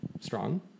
strong